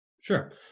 Sure